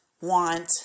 want